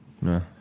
No